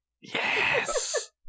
Yes